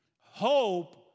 Hope